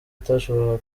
atashoboraga